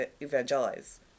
evangelize